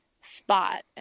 spot